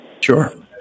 Sure